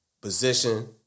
position